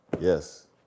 Yes